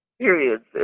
periods